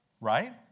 right